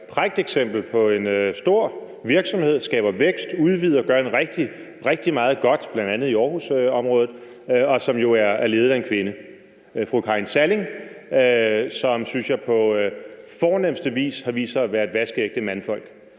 pragteksempel på en stor virksomhed, der skaber vækst, udvider og gør rigtig, rigtig meget godt, bl.a. i Aarhusområdet, og som jo er ledet af en kvinde, fru Karin Salling, som, synes jeg, på fornemste vis har vist sig at være et vaskeægte mandfolk.